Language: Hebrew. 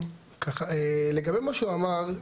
לגבי מה שהוא אמר,